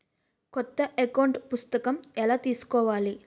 కొత్త అకౌంట్ పుస్తకము ఎలా తీసుకోవాలి?